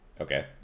Okay